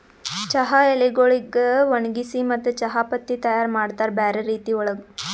ಚಹಾ ಎಲಿಗೊಳಿಗ್ ಒಣಗಿಸಿ ಮತ್ತ ಚಹಾ ಪತ್ತಿ ತೈಯಾರ್ ಮಾಡ್ತಾರ್ ಬ್ಯಾರೆ ರೀತಿ ಒಳಗ್